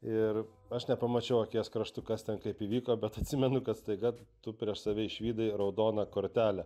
ir aš nepamačiau akies kraštu kas ten kaip įvyko bet atsimenu kad staiga tu prieš save išvydai raudoną kortelę